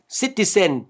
citizen